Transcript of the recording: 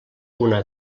una